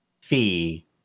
fee